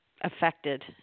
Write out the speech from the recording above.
affected